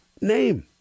name